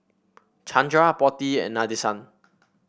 Chandra Potti and Nadesan